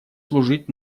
служить